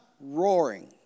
roaring